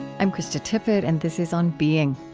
i'm krista tippett, and this is on being.